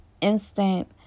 instant